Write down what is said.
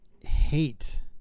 hate